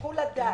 המפלגות,